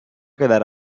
quedar